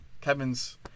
Kevin's